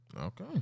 okay